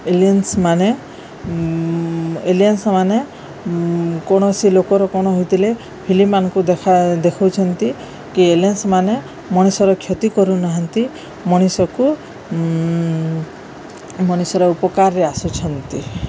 ଏଲିଏନ୍ସମାନେ ଏଲିଏନ୍ସମାନେ କୌଣସି ଲୋକର କଣ ହୋଇଥିଲେ ଫିଲିମମାନଙ୍କୁ ଦେଖା ଦେଖଉଛନ୍ତି କି ଏଲିଏନ୍ସମାନେ ମଣିଷର କ୍ଷତି କରୁନାହାନ୍ତି ମଣିଷକୁ ମଣିଷର ଉପକାରରେ ଆସୁଛନ୍ତି